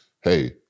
hey